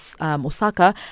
Osaka